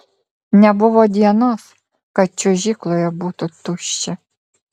nebuvo dienos kad čiuožykloje būtų tuščia